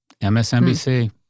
MSNBC